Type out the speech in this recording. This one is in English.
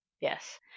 yes